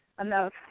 enough